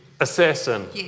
assassin